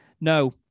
No